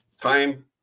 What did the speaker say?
time